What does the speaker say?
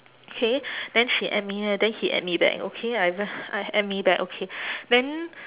okay then she add me uh then he add me back okay I uh I add me back okay then